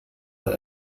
mal